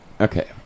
Okay